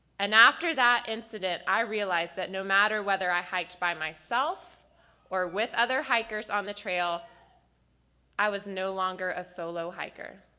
and after that incident i realized that no matter whether i hiked by myself or with other hikers on the trail i was no longer a solo hiker.